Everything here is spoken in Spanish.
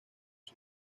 las